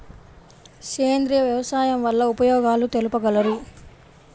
సేంద్రియ వ్యవసాయం వల్ల ఉపయోగాలు తెలుపగలరు?